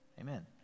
Amen